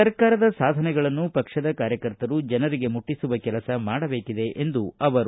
ಸರ್ಕಾರದ ಸಾಧನೆಗಳನ್ನು ಪಕ್ಷದ ಕಾರ್ಯಕರ್ತರು ಜನರಿಗೆ ಮುಟ್ಟಿಸುವ ಕೆಲಸ ಮಾಡಬೇಕಿದೆ ಎಂದರು